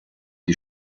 die